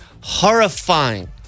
Horrifying